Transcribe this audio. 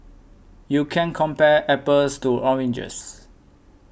you can't compare apples to oranges